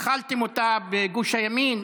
אכלתם אותה, בגוש הימין,